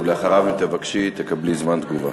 ואחריו, אם תבקשי, תקבלי זמן תגובה,